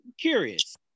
curious